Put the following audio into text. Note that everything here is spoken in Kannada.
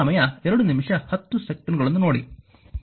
ಇದು 10 ವೋಲ್ಟ್ ಆಗಿದೆ